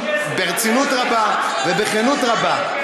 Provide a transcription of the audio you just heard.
ברצינות רבה ובכנות רבה,